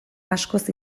askoz